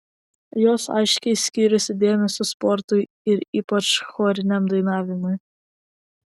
jos aiškiai skyrėsi dėmesiu sportui ir ypač choriniam dainavimui